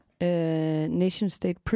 nation-state